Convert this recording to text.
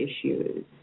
issues